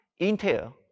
Intel